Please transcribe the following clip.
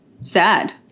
sad